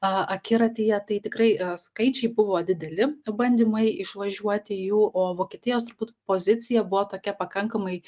akiratyje tai tikrai skaičiai buvo dideli bandymai išvažiuoti jų o vokietijos turbūt pozicija buvo tokia pakankamai